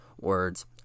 words